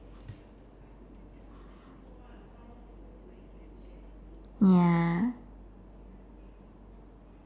ya